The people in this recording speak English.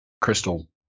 crystal